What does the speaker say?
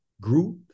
group